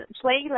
play